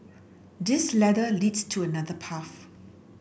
this ladder leads to another path